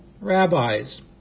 rabbis